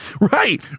Right